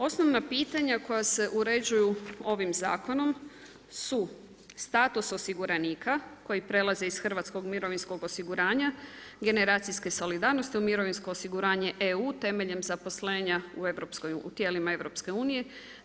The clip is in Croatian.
Osnovna pitanja koja se uređuju ovim zakonom su status osiguranika koji prelazi iz hrvatskog mirovinskog osiguranja generacijske solidarnosti u mirovinsko osiguranje EU-a, temeljem zaposlenja u tijelima EU-a.